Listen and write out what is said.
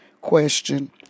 question